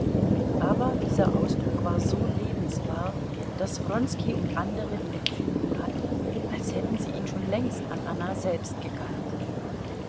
aber dieser ausdruck war so lebenswahr daß wronski und andere die empfindung hatten als hätten sie ihn schon längst an anna selbst gekannt